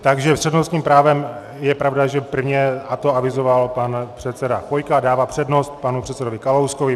Takže s přednostním právem, je pravda, že prvně to avizoval pan předseda Chvojka, dává přednost panu předsedovi Kalouskovi.